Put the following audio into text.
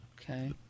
Okay